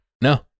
No